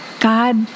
God